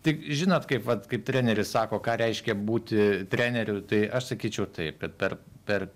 tai žinot kaip vat kaip treneris sako ką reiškia būti treneriu tai aš sakyčiau taip kad per per